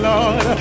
Lord